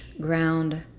ground